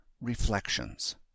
Reflections